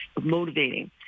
motivating